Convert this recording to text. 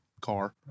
car